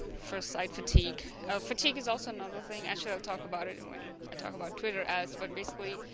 first sight fatigue fatigue is also another thing actually i'll talk about it and when i talk about twitter ads but basically